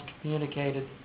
communicated